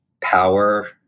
Power